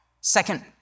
Second